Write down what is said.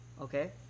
okay